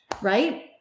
Right